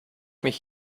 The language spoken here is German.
mich